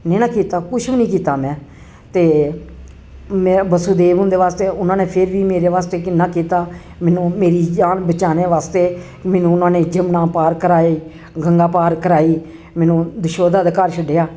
नेईं ना कीता कुछ बी निं कीता में ते मेरा बसुदेव हुंदे बास्तै उना ने फिर बी मेरे बास्तै किन्ना कीता मैनू मेरी जान बचाने बास्तै मैनू उनां ने यमुना पार कराई गंगा पार कराई मैनू यशोदा दे घर छड्डेआ